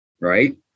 right